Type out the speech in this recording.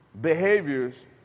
behaviors